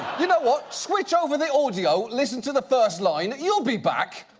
you know what, switch over the audio, listen to the first line. you'll be back.